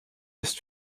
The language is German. ist